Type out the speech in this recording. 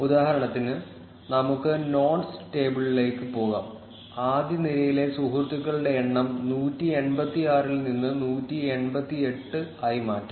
ഉദാഹരണത്തിന് നമുക്ക് നോഡ്സ് ടേബിളിലേക്ക് പോകാം ആദ്യ നിരയിലെ സുഹൃത്തുക്കളുടെ എണ്ണം 186 ൽ നിന്ന് 188 ആയി മാറ്റാം